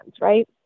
right